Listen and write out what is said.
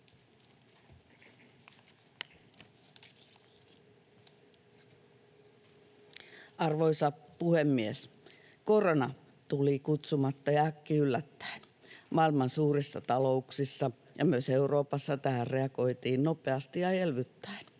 Arvoisa puhemies! Korona tuli kutsumatta ja äkkiyllättäen. Maailman suurissa talouksissa ja myös Euroopassa tähän reagoitiin nopeasti ja elvyttäen.